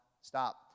stop